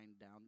down